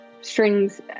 strings